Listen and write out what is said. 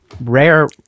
rare